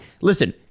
listen